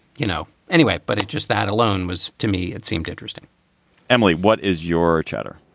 you know, anyway. but it just that alone was to me, it seemed interesting emily, what is your chatter?